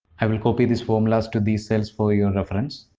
i will copy these formulas to these cells for your reference.